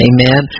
Amen